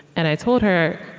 and i told her,